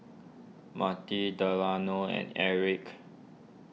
Delano and Erik